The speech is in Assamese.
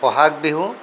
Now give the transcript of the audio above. ব'হাগ বিহু